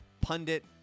pundit